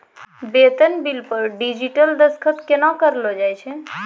बेतन बिल पर डिजिटल दसखत केना करलो जाय छै?